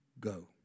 go